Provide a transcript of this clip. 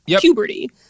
puberty